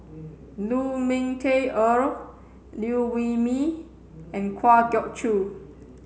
Lu Ming Teh Earl Liew Wee Mee and Kwa Geok Choo